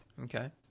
Okay